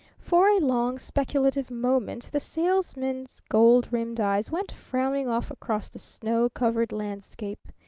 for a long, speculative moment the salesman's gold-rimmed eyes went frowning off across the snow-covered landscape.